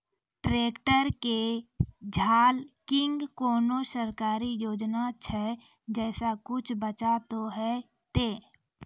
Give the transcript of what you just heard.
Tractor के झाल किंग कोनो सरकारी योजना छ जैसा कुछ बचा तो है ते?